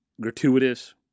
gratuitous